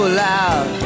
loud